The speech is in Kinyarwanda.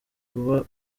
uba